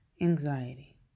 anxiety